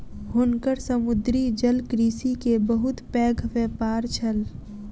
हुनकर समुद्री जलकृषि के बहुत पैघ व्यापार छल